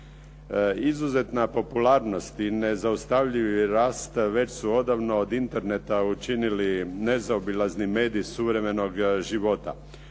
Izuzetna popularnost i nezaustavljivi rast već su odavno od Interneta učinili nezaobilazni medij suvremenog života.